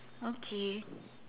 okay